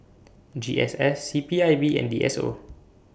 G S S C P I B and D S O